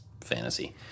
fantasy